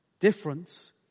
difference